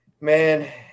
man